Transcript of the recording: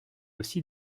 aussi